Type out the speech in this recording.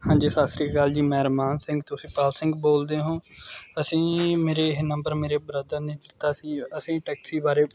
ਹਾਂਜੀ ਸਤਿ ਸ਼੍ਰੀ ਅਕਾਲ ਜੀ ਮੈਂ ਰਮਾਨ ਸਿੰਘ ਤੁਸੀਂ ਪਾਲ ਸਿੰਘ ਬੋਲਦੇ ਹੋ ਅਸੀਂ ਮੇਰੇ ਇਹ ਨੰਬਰ ਮੇਰੇ ਬ੍ਰਦਰ ਨੇ ਦਿੱਤਾ ਸੀ ਅਸੀਂ ਟੈਕਸੀ ਬਾਰੇ